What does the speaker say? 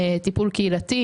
טיפול קהילתי,